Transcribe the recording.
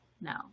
No